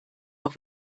auch